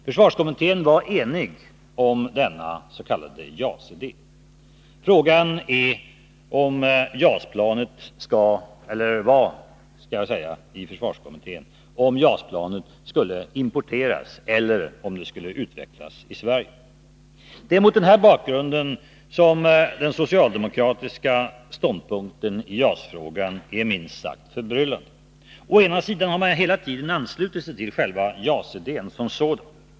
Försvarskommittén var enig om denna s.k. JAS-idé. Frågan är eller var — skulle jag säga — i försvarskommittén om JAS-planet skulle importeras eller utvecklas i Sverige. Mot den här bakgrunden är den socialdemokratiska ståndpunkten i JAS-frågan minst sagt förbryllande. Å ena sidan har man hela tiden anslutit sig till själva JAS-idén som sådan.